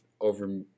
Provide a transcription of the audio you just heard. over